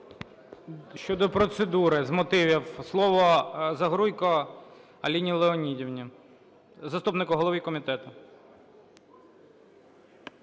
Щодо процедури з мотивів слово Загоруйко Аліні Леонідівні, заступнику голови комітету.